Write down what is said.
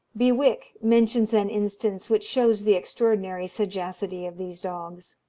bewick mentions an instance which shows the extraordinary sagacity of these dogs.